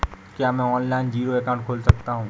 क्या मैं online zero account खोल सकता हूँ?